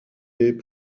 est